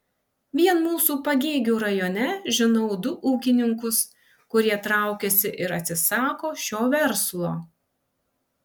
vien mūsų pagėgių rajone žinau du ūkininkus kurie traukiasi ir atsisako šio verslo